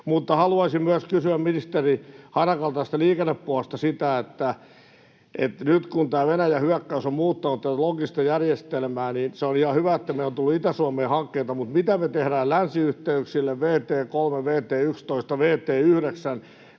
Mutta haluaisin kysyä ministeri Harakalta myös tästä liikennepuolesta sitä, että nyt kun tämä Venäjän hyökkäys on muuttanut tätä loogista järjestelmää, niin se on ihan hyvä, että meillä on tullut Itä-Suomeen hankkeita, mutta mitä me tehdään länsiyhteyksille — vt 3, vt 11, vt